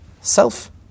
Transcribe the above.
self